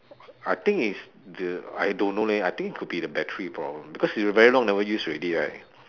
I think is the I don't know leh I think it could be the battery problem because you very long never use already right